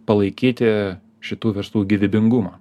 palaikyti šitų verslų gyvybingumą